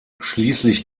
schließlich